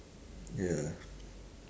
ya